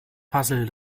puzzle